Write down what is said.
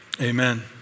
Amen